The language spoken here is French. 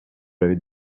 l’avez